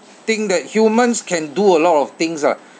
think that humans can do a lot of things ah